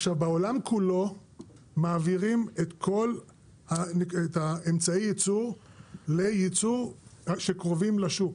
עכשיו בעולם כולו מעבירים את כל האמצעי ייצור לייצור שקרובים לשוק,